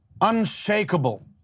unshakable